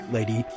Lady